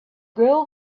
girl